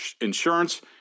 insurance